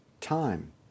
Time